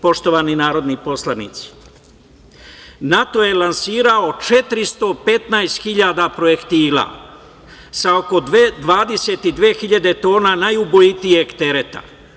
Poštovani narodni poslanici, NATO je lansirao 415.000 projektila, sa oko 22.000 tona najubojitijeg tereta.